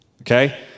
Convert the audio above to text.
Okay